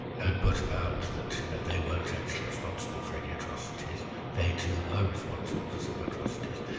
had put about that you know they weren't actually responsible for any atrocities they too were responsible for some atrocities.